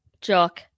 jock